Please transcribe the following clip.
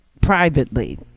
privately